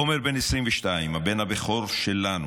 עומר בן 22, הבן הבכור שלנו.